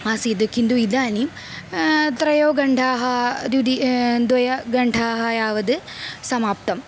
आसीद् किन्तु इदानीं त्रयः घण्ठाः द्विधा द्वे घण्ठे यावद् समाप्तम्